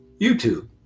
YouTube